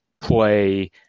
play